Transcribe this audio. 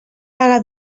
vaga